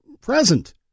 present